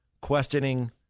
questioning